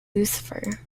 lucifer